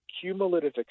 cumulative